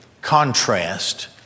contrast